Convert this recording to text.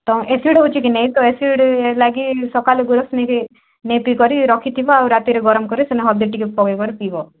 ତମକୁ ଏସିଡ଼୍ ରହୁଛି କି ନାଇଁ ତ ଏସିଡ଼୍ ଲାଗି ସକାଳୁ ଗୋରସ୍ ନେଇକି ନେଇକରି ରଖିଥିବ ଆଉ ରାତିରେ ଗରମ୍ କରି ସେନେ ହଳଦୀ ଟିକେ ପକେଇ କରି ପିଇବ